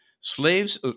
slaves